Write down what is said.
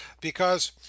Because—